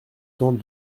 temps